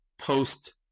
post